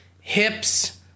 hips